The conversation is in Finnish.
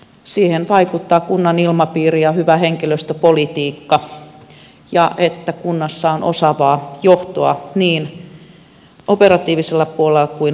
siihen vaikuttavat kunnan ilmapiiri ja hyvä henkilöstöpolitiikka ja se että kunnassa on osaavaa johtoa niin operatiivisella puolella kuin luottamushenkilöpuolella